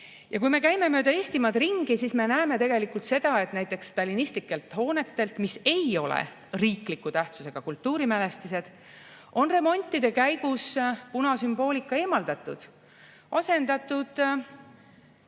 Ja kui me käime mööda Eestimaad ringi, siis me näeme seda, et näiteks stalinistlikelt hoonetelt, mis ei ole riikliku tähtsusega kultuurimälestised, on remontide käigus punasümboolika eemaldatud, asendatud